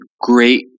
great